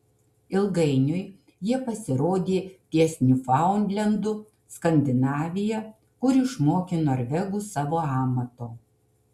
ilgainiui jie pasirodė ties niufaundlendu skandinavija kur išmokė norvegus savo amato